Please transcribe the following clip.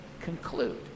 conclude